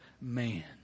man